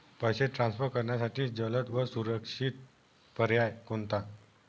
पैसे ट्रान्सफर करण्यासाठी जलद व सुरक्षित पर्याय कोणता?